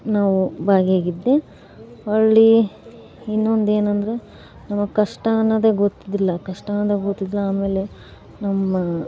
ನಾವು ಭಾಗಿಯಾಗಿದ್ದೆ ಹಳ್ಳಿ ಇನ್ನೊಂದೇನೆಂದರೆ ನಮಗೆ ಕಷ್ಟ ಅನ್ನೋದೆ ಗೊತ್ತಿರ್ಲಿಲ್ಲ ಕಷ್ಟ ಅಂದರೆ ಗೊತ್ತಿರ್ಲಿಲ್ಲ ಆಮೇಲೆ ನಮ್ಮ